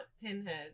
Pinhead